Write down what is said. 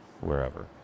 wherever